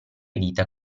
dita